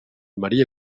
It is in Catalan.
maria